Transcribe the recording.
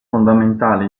fondamentale